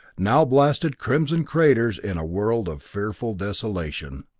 now blasted crimson craters in a world of fearful desolation.